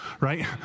right